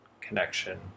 connection